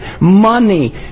money